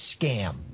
scam